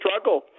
struggle